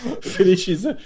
Finishes